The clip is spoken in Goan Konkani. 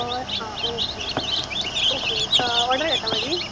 हय आं ओके ओके एक ऑर्डर हाडटा म्हाजी